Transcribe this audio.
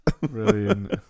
Brilliant